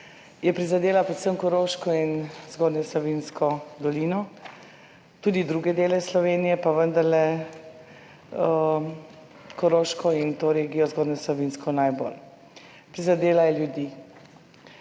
je prizadela predvsem Koroško in Zgornje Savinjsko dolino, tudi druge dele Slovenije, pa vendarle Koroško in to regijo, Zgornje Savinjsko najbolj. Prizadela je ljudi.